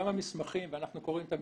גם המסמכים, ואנחנו קוראים את המסמכים,